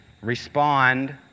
respond